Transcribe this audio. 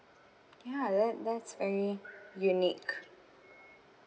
ya that that's very unique